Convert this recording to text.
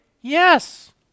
Yes